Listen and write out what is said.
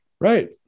Right